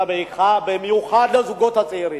במיוחד לזוגות הצעירים,